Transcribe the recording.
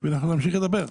ואנחנו נמשיך לדבר.